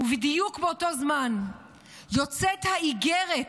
בדיוק באותו זמן יוצאת האיגרת,